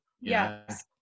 Yes